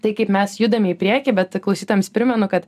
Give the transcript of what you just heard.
tai kaip mes judam į priekį bet klausytojams primenu kad